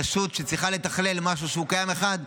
רשות שצריכה לתכלל משהו שקיים בו רק אחד,